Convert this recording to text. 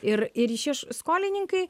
ir ir iš skolininkai